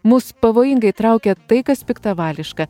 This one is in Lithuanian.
mus pavojingai traukia tai kas piktavališka